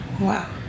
Wow